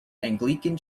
anglican